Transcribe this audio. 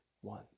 One